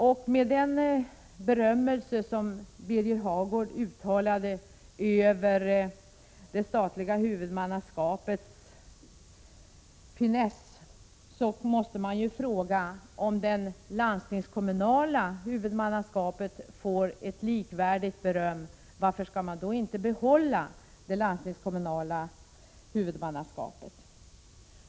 Efter det beröm som Birger Hagård uttalade över det statliga huvudmannaskapets finess måste man fråga: Om det landstingskommunala huvudmannaskapet får ett likvärdigt beröm, varför skall man då inte behålla det landstingskommunala huvudmannaskapet?